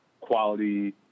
quality